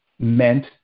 meant